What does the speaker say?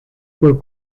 por